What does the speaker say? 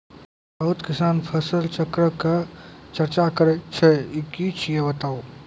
बहुत किसान फसल चक्रक चर्चा करै छै ई की छियै बताऊ?